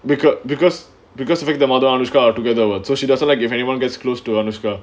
because because because he and anushka together what so she doesn't like if anyone gets close to anushka